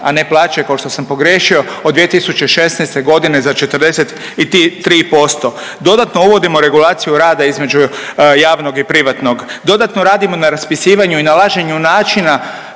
a ne plaće kao što sam pogriješio, od 2016.g. za 43%. Dodatno uvodimo regulaciju rada između javnog i privatnog, dodatno radimo na raspisivanju i nalaženju načina